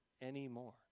anymore